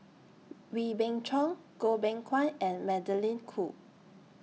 Wee Beng Chong Goh Beng Kwan and Magdalene Khoo